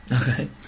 Okay